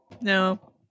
No